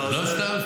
לא סתם.